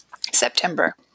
September